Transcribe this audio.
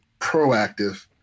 proactive